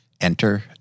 enter